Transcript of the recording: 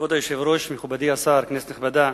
כבוד היושב-ראש, מכובדי השר, כנסת נכבדה,